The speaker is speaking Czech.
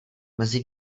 mezi